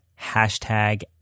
hashtag